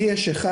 לי יש אחד.